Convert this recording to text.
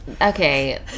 Okay